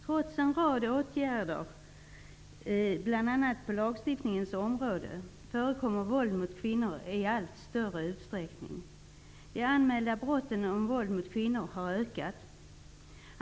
Trots en rad åtgärder bl.a. på lagstiftningens område förekommer våld mot kvinnor i allt större utsträckning. De anmälda brotten som gäller våld mot kvinnor har ökat.